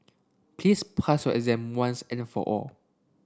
please pass your exam once and for all